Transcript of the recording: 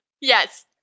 Yes